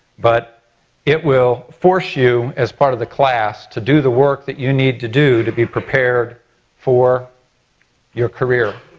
but it will force you as part of the class to do the work that you need to do to be prepared for your career.